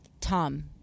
Tom